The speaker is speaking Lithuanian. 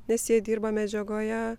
nes jie dirba medžiagoje